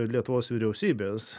lietuvos vyriausybės